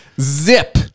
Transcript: zip